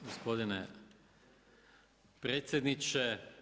Gospodine predsjedniče.